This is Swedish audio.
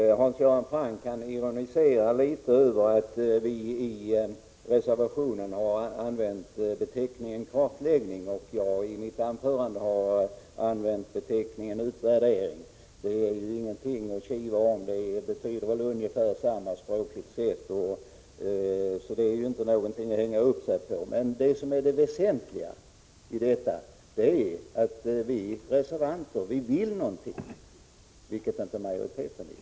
Herr talman! Hans Göran Franck ironiserade litet över att vi i reservationen har använt beteckningen kartläggning, medan jag i mitt anförande har använt beteckningen utvärdering. Det är ingenting att kiva om. Orden behöver väl ungefär detsamma språkligt sett, så det är inget att hänga upp sig på. Det väsentliga är att vi reservanter vill göra något, vilket inte majoriteten vill.